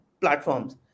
platforms